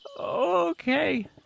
Okay